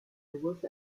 was